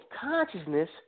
consciousness